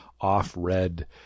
off-red